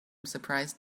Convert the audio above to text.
surprised